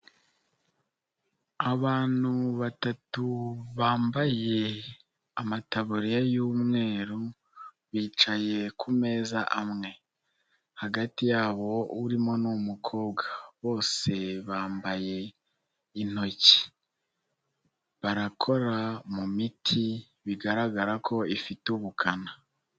Abantu batatu bambaye amataburiya y'umweru bicaye ku meza amwe, hagati yabo urimo ni umukobwa, bose bambaye intoki, barakora mu miti bigaragara ko ifite ubukana.